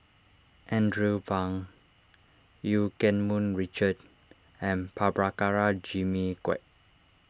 Andrew Phang Eu Keng Mun Richard and Prabhakara Jimmy Quek